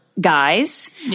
Guys